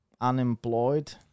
Unemployed